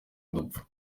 dupfa